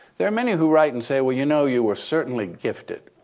there are many who write and say, well, you know, you were certainly gifted.